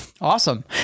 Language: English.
awesome